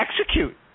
execute